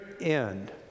end